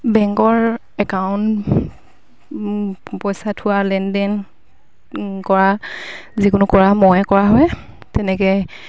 বেংকৰ একাউণ্ট পইচা থোৱা লেনদেন কৰা যিকোনো কৰা ময়ে কৰা হয় তেনেকে